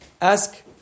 ask